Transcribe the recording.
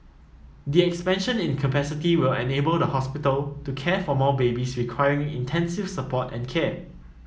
the expansion in capacity will enable the hospital to care for more babies requiring intensive support and care